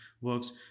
works